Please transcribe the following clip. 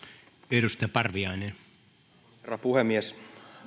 arvoisa herra puhemies